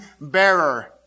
bearer